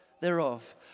thereof